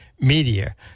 Media